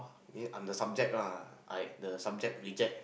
I'm the subject lah I'm the subject reject